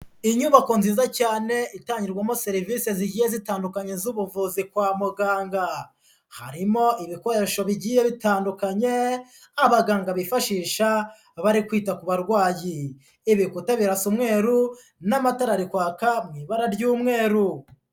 Inyubako nziza cyane, itangirwamo serivisi zigiye zitandukanye z'ubuvuzi kwa muganga. Harimo ibikoresho bigiye bitandukanye, abaganga bifashisha bari kwita ku barwayi. Ibikuta birasa umweru n'amatara ari kwaka mu ibara ry'umweru.